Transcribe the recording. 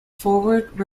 forward